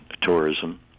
tourism